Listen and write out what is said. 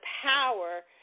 power